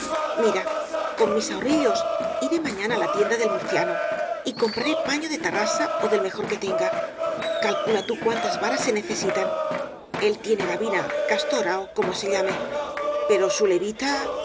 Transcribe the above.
mira con mis ahorrillos iré mañana á la tienda del mur ciano y compraré paño de tarrasa ó del mejor que tenga calcula tú cuántas varas se necesitan él tie ne gabina castora ó como se llame pero su levita